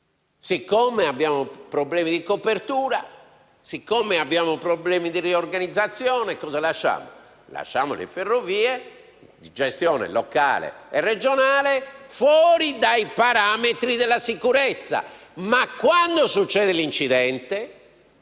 siccome abbiamo problemi di copertura e abbiamo problemi di riorganizzazione, cosa lasciamo? Lasciamo le ferrovie a gestione locale e regionale fuori dai parametri della sicurezza. Poi, quando si verifica un incidente,